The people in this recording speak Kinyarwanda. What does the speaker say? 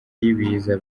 y’ibiza